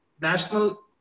national